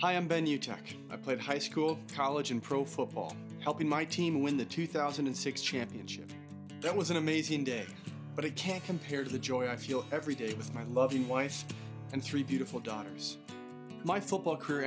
chuckie i played high school college and pro football helping my team win the two thousand and six championship that was an amazing day but it can't compare to the joy i feel every day with my loving wife and three beautiful daughters my football career